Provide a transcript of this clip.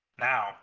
now